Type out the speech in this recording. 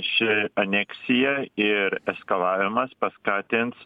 ši aneksija ir eskalavimas paskatins